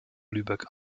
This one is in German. lübeck